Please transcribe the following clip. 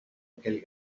aquell